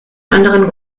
anderen